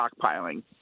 stockpiling